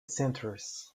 centres